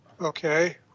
Okay